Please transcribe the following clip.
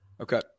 okay